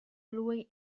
lui